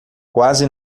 quase